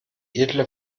edle